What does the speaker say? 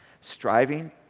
Striving